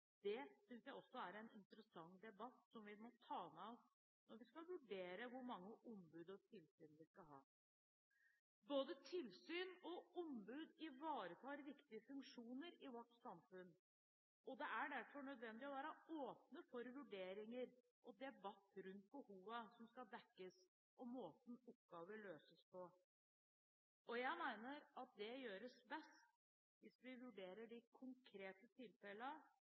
Det synes jeg også er en interessant debatt, som vi må ta med oss når vi skal vurdere hvor mange ombud og tilsyn vi skal ha. Både tilsyn og ombud ivaretar viktige funksjoner i vårt samfunn, og det er derfor nødvendig å være åpne for vurderinger og debatt rundt behovene som skal dekkes, og måten oppgaver løses på. Jeg mener at det gjøres best hvis vi vurderer de konkrete tilfellene,